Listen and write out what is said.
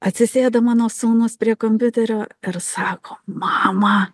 atsisėda mano sūnus prie kompiuterio ir sako mama